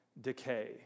decay